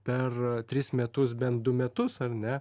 per tris metus bent du metus ar ne